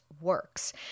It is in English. works